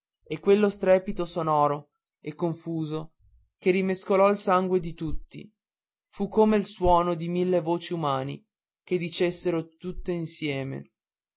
e quello strepito sonoro e confuso che rimescolò il sangue di tutti fu come il suono di mille voci umane che dicessero tutte insieme